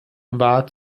war